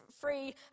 free